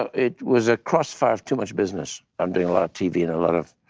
it was a crossfire of too much business. i'm doing a lot of tv and a lot of